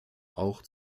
auch